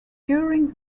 during